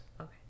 Okay